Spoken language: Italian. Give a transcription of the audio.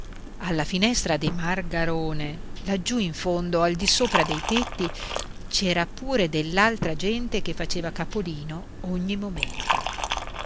alla finestra dei margarone laggiù in fondo al di sopra dei tetti c'era pure dell'altra gente che faceva capolino ogni momento